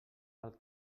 pel